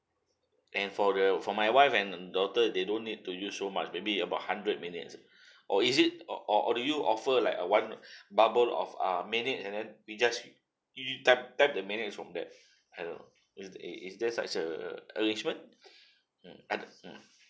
and for the for my wife and daughter they don't need to use so much maybe about hundred minutes or is it or or or do you offer like a one bubble of ah minute and then we just tap tap the minute from that l know is is is there such a arrangement mm and mm